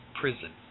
prison